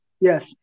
Yes